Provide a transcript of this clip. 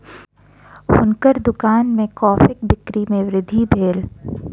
हुनकर दुकान में कॉफ़ीक बिक्री में वृद्धि भेल